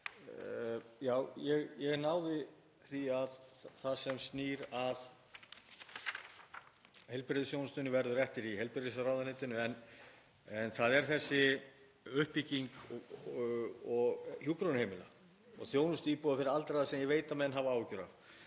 Já, ég náði því að það sem snýr að heilbrigðisþjónustunni verður eftir í heilbrigðisráðuneytinu en það er þessi uppbygging hjúkrunarheimila og þjónustuíbúða fyrir aldraða sem ég veit að menn hafa áhyggjur af.